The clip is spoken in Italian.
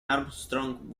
armstrong